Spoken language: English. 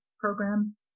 program